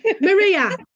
Maria